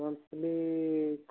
monthly